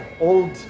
old